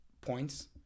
points